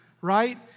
right